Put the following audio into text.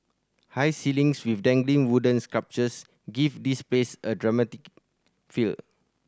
high ceilings with dangling wooden sculptures give this place a dramatic feel